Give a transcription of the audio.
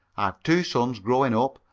two sons growing up,